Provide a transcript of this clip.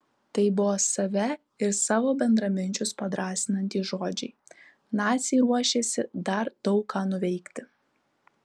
tai buvo save ir savo bendraminčius padrąsinantys žodžiai naciai ruošėsi dar daug ką nuveikti